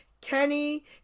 Kenny